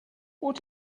what